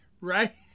Right